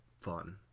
fun